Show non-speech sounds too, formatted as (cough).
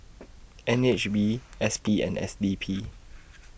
(noise) N H B S P and S D P